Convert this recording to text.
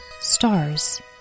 Stars